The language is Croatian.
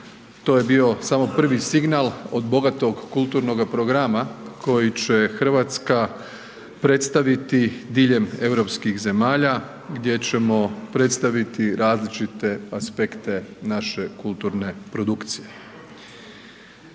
to je bio samo prvi signal od bogatog kulturnoga programa koji će RH predstaviti diljem europskih zemalja gdje ćemo predstaviti različite aspekte naše kulturne produkcije.